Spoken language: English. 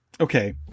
okay